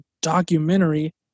documentary